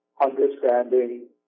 understanding